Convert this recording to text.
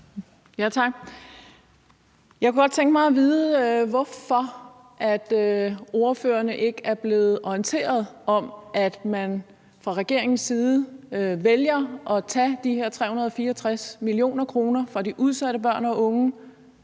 Tak. Jeg kunne godt tænke mig at vide, hvorfor ordførerne ikke er blevet orienteret om, at man fra regeringens side vælger at tage de her 364 mio. kr. fra de udsatte børn og unge